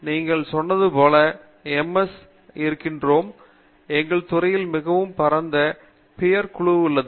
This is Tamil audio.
நீங்கள் சொன்னது போல் நாங்கள் இருக்கிறோம் எங்கள் துறையிலுள்ள மிகவும் பரந்த பியர் குழு உள்ளது